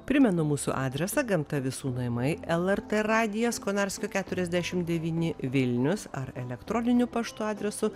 primenu mūsų adresą gamta visų namai lrt radijas konarskio keturiasdešim devyni vilnius ar elektroniniu paštu adresu